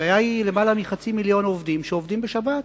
הבעיה היא יותר מחצי מיליון אנשים שעובדים בשבת,